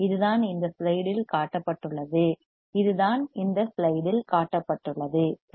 இதுதான் இந்த ஸ்லைடில் காட்டப்பட்டுள்ளது இதுதான் இந்த ஸ்லைடில் காட்டப்பட்டுள்ளது சரி